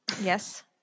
Yes